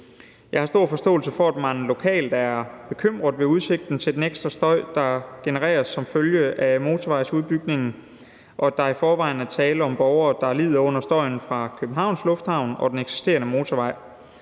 Jeg har stor forståelse for, at man lokalt er bekymret ved udsigten til den ekstra støj, der genereres som følge af motorvejsudbygningen, og at der i forvejen er tale om borgere, der lider under støjen fra Københavns Lufthavn og den eksisterende motorvej.